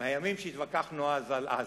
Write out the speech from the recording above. מהימים שהתווכחנו אז על עזה.